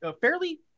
fairly